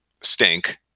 stink